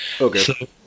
Okay